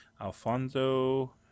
Alfonso